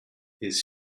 his